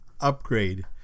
upgrade